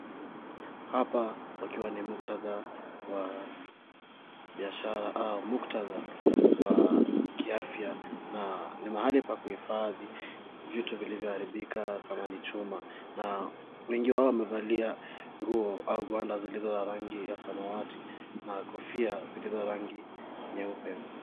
Hapa pakiwa ni muktadha wa bishara au muktadha wa kiafya na ni mahali pa kuhifadhi vitu vilivyoharibika kama ni chuma na wengi wao wamevalia nguo au gwanda zilizoza rangi ya samawati na kofia zilizo rangi nyeupe.